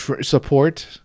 Support